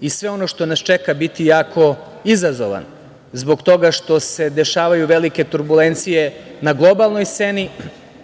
i sve ono što nas čeka biti jako izazovan, zbog toga što se dešavaju velike turbulencije na globalnoj sceni,